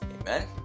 amen